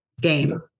game